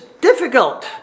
difficult